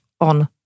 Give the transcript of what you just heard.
on